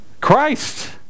Christ